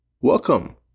welcome